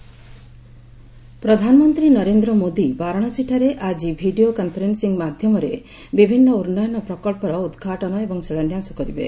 PM Varanasi ପ୍ରଧାନମନ୍ତ୍ରୀ ନରେନ୍ଦ୍ର ମୋଦି ବାରାଣାସୀଠାରେ ଆଜି ଭିଡ଼ିଓ କନ୍ଫରେନ୍ ି ମାଧ୍ୟମରେ ବିଭିନ୍ନ ଉନ୍ନୟନ ପ୍ରକଳ୍ପର ଉଦ୍ଘାଟନ ଏବଂ ଶିଳାନସ୍ୟାସ କରିବେ